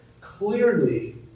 clearly